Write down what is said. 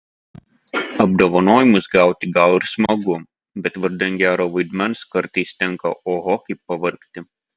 apdovanojimus gauti gal ir smagu bet vardan gero vaidmens kartais tenka oho kaip pavargti